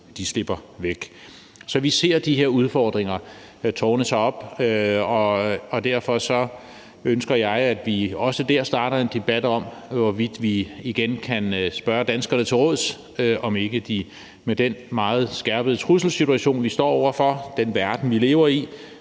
slipper væk. Så vi ser de her udfordringer tårne sig op, og derfor ønsker jeg, at vi også der starter en debat om, hvorvidt vi igen kan spørge danskerne til råds, om ikke de med den meget skærpede trusselssituation, vi står over for, den verden, vi lever i,